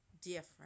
different